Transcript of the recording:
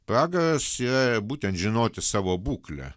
pragaras yra būtent žinoti savo būklę